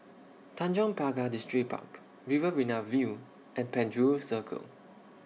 Tanjong Pagar Distripark Riverina View and Penjuru Circle